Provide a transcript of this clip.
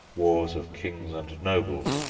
wars of kings and nobles,